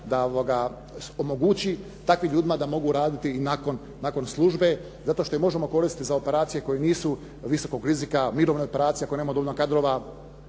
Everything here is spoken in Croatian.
da omogući takvim ljudima da mogu raditi i nakon službe zato što ih možemo koristiti za operacije koje nisu visokog rizika, mirovne operacije ako nemamo dovoljno kadrova,